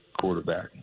quarterback